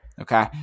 Okay